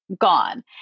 gone